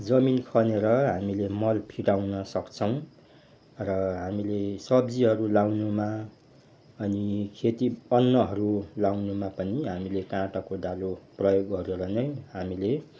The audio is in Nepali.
जमिन खनेर हामीले मल फिटाउन सख्छौँ र हामीले सब्जीहरू लाउनुमा अनि खेती अन्नहरू लाउनुमा पनि हामीले काँटा कोदालो प्रयोग गरेर नै हामीले